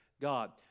God